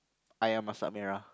ayam masak merah